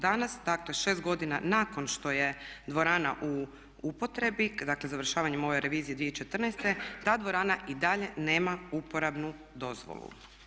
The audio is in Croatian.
Danas, dakle 6 godina nakon što je dvorana u upotrebi, dakle završavanjem ove revizije 2014. ta dvorana i dalje nema uporabnu dozvolu.